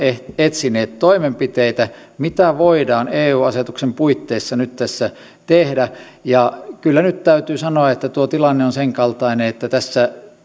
etsineet toimenpiteitä mitä voidaan eu asetuksen puitteissa nyt tässä tehdä ja kyllä nyt täytyy sanoa että tuo tilanne on sen kaltainen että tässä